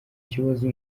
kibazo